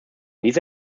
dieser